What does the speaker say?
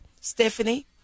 Stephanie